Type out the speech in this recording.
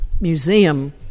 museum